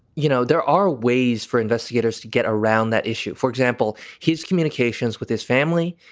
you know, there are ways for investigators to get around that issue. for example, his communications with his family,